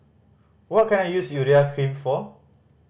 what can I use Urea Cream for